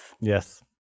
Yes